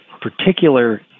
particular